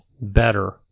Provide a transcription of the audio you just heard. better